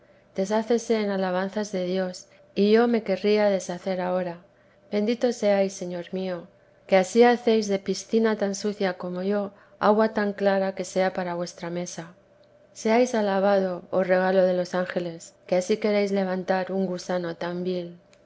deshácese en alabanzas de dios y yo me querría deshacer ahora bendito seáis señor mío que ansí hacéis de piscina tan sucia como yo agua tan clara que sea para vuestra mesa seáis alabado oh regalo de los ángeles que ansí queréis levantar un gusano